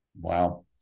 Wow